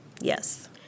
Yes